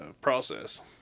process